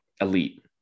elite